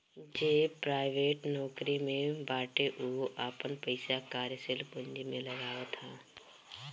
जे प्राइवेट नोकरी में बाटे उहो आपन पईसा कार्यशील पूंजी में लगावत हअ